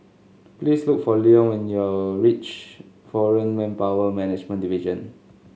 please look for Leone when you reach Foreign Manpower Management Division